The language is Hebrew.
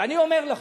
ואני אומר לכם,